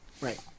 Right